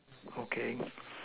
okay